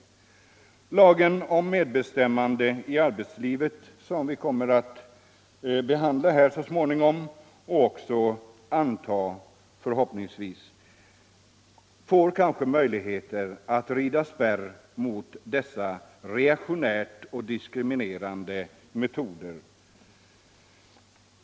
Genom lagen om medbestämmande i arbetslivet, som vi kommer att behandla här så småningom och förhoppningsvis anta, kanske vi får möjlighet att rida spärr mot dessa reaktionära och diskriminerande metoder.